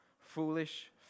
foolish